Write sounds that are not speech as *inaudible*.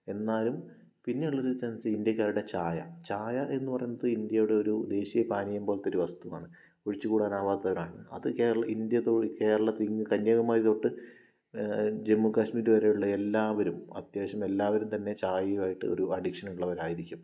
എന്നാലും പിന്നെയുള്ളൊരു *unintelligible* ഇന്ത്യക്കാരുടെ ചായ ചായ എന്ന് പറയുന്നത് ഇന്ത്യയുടെ ഒരു ദേശീയ പാനീയം പോലെയൊരു വസ്തുവാണ് ഒഴിച്ചുകൂടാനാകാത്തതാണ് അത് കേരളത്തിൽ ഇങ്ങ് കന്യാകുമാരി തൊട്ട് ജമ്മുകാശ്മീർ വരെയുള്ള എല്ലാവരും അത്യാവശ്യം എല്ലാവരും തന്നെ ചായയുമായിട്ട് ഒരു അഡിക്ഷൻ ഉള്ളവരായിരിക്കും